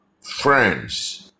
friends